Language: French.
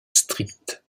strict